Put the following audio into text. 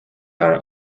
are